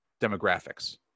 demographics